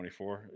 24